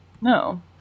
No